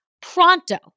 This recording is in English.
pronto